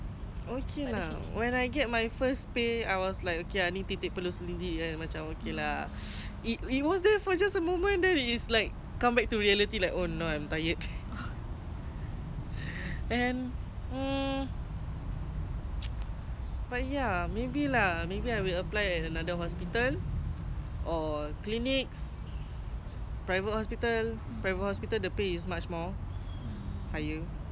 oh ya maybe lah maybe I will apply at another hospital or clinic private hospitals private hospital the pay is much more higher and kalau tak pun macam kerja kat anything ah macam F&B retail whatever it is ah I just want to relax first ah at the same time I want complete my license because with this job yang salutes ni my